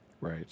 Right